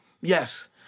Yes